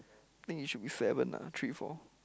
think it should be seven ah three four